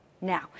Now